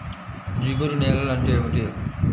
జిగురు నేలలు అంటే ఏమిటీ?